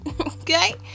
okay